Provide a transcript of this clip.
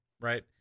right